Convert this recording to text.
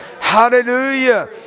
Hallelujah